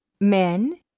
Men